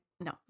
No